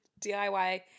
DIY